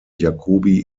jacobi